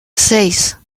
seis